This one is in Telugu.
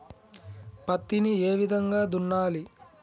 పత్తిని ఏ విధంగా దున్నాలి?